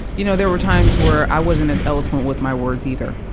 you know, there were times where i wasn't as eloquent with my words, either,